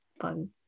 fun